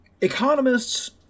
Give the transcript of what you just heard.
Economists